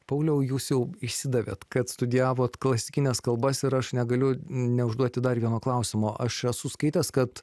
pauliau jūs jau išsidavėt kad studijavot klasikines kalbas ir aš negaliu neužduoti dar vieno klausimo aš esu skaitęs kad